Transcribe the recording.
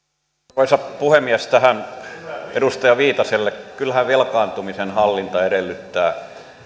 arvoisa puhemies tähän edustaja viitaselle kyllähän velkaantumisen hallinta edellyttää